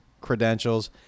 credentials